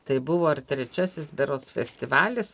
tai buvo ar trečiasis berods festivalis